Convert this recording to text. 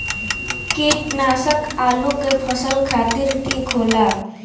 कीटनाशक आलू के फसल खातिर ठीक होला